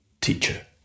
teacher